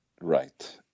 right